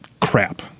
crap